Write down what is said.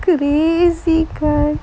oh my god